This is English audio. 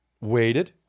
waited